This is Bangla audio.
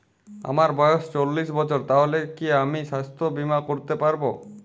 আমার বয়স চল্লিশ বছর তাহলে কি আমি সাস্থ্য বীমা করতে পারবো?